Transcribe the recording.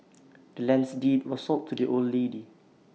the land's deed was sold to the old lady